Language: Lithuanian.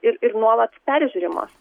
ir ir nuolat peržiūrimos